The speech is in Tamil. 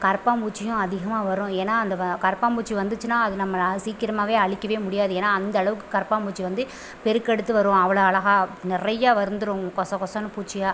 கரப்பான் பூச்சியும் அதிகமாக வரும் ஏன்னா அந்த கரப்பான் பூச்சி வந்துச்சுனால் அது நம்மளை அதை சீக்கரமாகவே அழிக்கவே முடியாது ஏன்னா அந்த அளவுக்கு கரப்பான் பூச்சி வந்து பெருக்கெடுத்து வரும் அவ்வளோ அழகாக நிறையா வந்துரும் கொச கொசன்னு பூச்சியாக